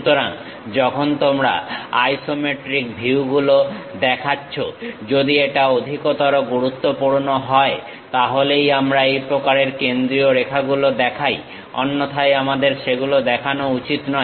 সুতরাং যখন তোমরা আইসোমেট্রিক ভিউগুলো দেখাচ্ছ যদি এটা অধিকতর গুরুত্বপূর্ণ হয় তাহলেই আমরা এই প্রকারের কেন্দ্রীয় রেখাগুলো দেখাই অন্যথায় আমাদের সেগুলো দেখানো উচিত নয়